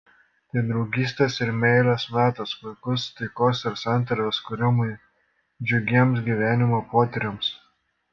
tai draugystės ir meilės metas puikus taikos ir santarvės kūrimui džiugiems gyvenimo potyriams